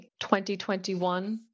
2021